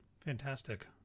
Fantastic